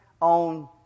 on